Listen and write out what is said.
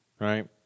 Right